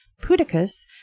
pudicus